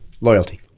Loyalty